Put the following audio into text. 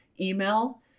email